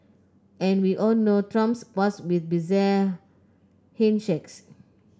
and we all know Trump's past with bizarre handshakes